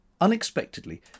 unexpectedly